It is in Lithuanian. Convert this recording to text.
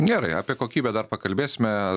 gerai apie kokybę dar pakalbėsime